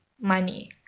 money